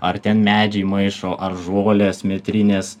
ar ten medžiai maišo ar žolės metrinės